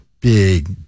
big